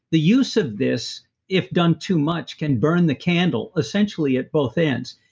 the use of this if done too much, can burn the candle, essentially at both ends.